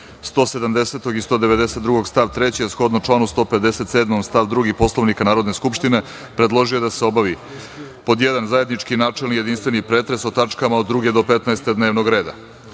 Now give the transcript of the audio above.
170. i 192. stav 3, a shodno članu 157. stav 2. Poslovnika Narodne skupštine, predložio je da se obavi, pod jedan: zajednički načelni, jedinstveni pretres o tačkama od druge do 15 dnevnog reda;